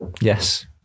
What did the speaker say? yes